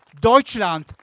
Deutschland